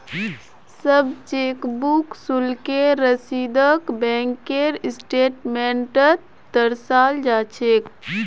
सब चेकबुक शुल्केर रसीदक बैंकेर स्टेटमेन्टत दर्शाल जा छेक